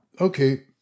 Okay